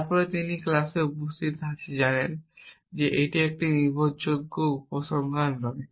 তারপরে তিনি ক্লাসে উপস্থিত আছেন জানেন যে এটি একটি নির্ভরযোগ্য উপসংহার নয়